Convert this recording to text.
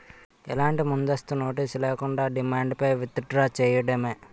ఎలాంటి ముందస్తు నోటీస్ లేకుండా, డిమాండ్ పై విత్ డ్రా చేయడమే